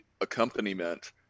accompaniment